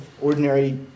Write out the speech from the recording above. ordinary